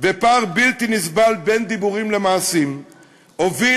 ופער בלתי נסבל בין דיבורים למעשים הובילו